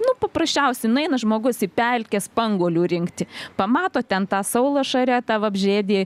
nu paprasčiausiai nueina žmogus į pelkę spanguolių rinkti pamato ten tą saulašarę tą vabzdžiaėdį